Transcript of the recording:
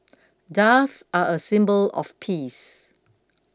doves are a symbol of peace